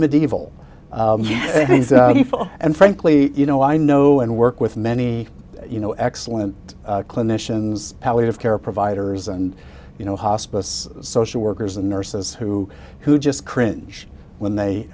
medieval people and frankly you know i know and work with many you know excellent clinicians palliative care providers and you know hospice social workers and nurses who who just cringe when they